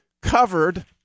covered